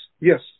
yes